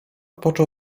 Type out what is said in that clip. począł